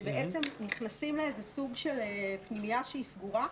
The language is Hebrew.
שבעצם נכנסים לסוג של פנימייה שהיא סגורה.